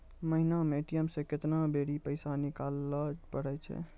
महिना मे ए.टी.एम से केतना बेरी पैसा निकालैल पारै छिये